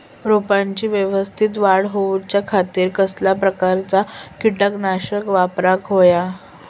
रोपट्याची यवस्तित वाढ जाऊच्या खातीर कसल्या प्रकारचा किटकनाशक वापराक होया?